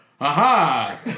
aha